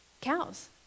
cows